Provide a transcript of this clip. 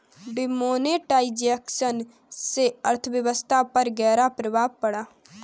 demonetisation से अर्थव्यवस्था पर ग़हरा प्रभाव पड़ा